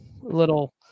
little